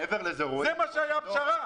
זו הפשרה שהייתה.